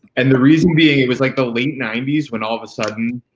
and the reason being, it was like the late ninety s, when all of a sudden,